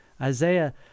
Isaiah